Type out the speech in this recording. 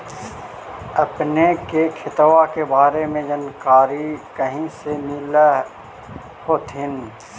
अपने के खेतबा के बारे मे जनकरीया कही से मिल होथिं न?